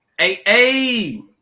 Hey